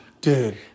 Dude